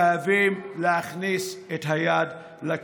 חייבים להכניס את היד לכיס.